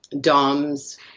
doms